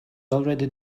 already